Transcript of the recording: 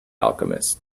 alchemist